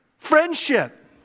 Friendship